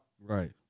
Right